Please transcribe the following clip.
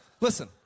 Listen